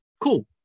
Cool